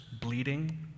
bleeding